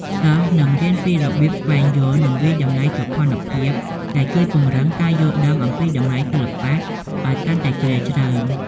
សិស្សនឹងរៀនពីរបៀបស្វែងយល់ និងវាយតម្លៃសោភណភាព ដែលជួយពង្រឹងការយល់ដឹងអំពីតម្លៃសិល្បៈឲ្យកាន់តែជ្រាលជ្រៅ